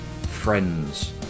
friends